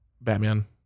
Batman